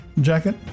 jacket